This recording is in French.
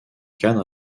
cadre